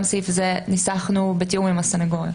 גם סעיף זה ניסחנו בתיאום עם הסנגוריה.